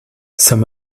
some